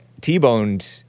t-boned